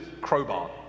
crowbar